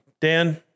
Dan